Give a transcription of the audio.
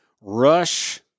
rush